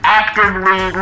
actively